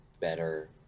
better